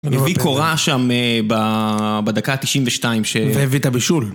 הביא קורה שם ב... בדקה תשעים ושתיים ש... והביא את הבישול